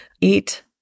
eat